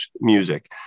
music